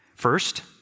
First